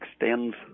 extends